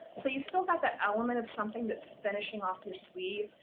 so you still got that element of something that's finishing off your sleeve.